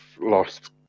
lost